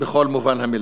בכל מובן המילה,